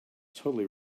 totally